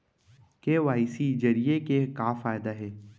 KYC जरिए के का फायदा हे?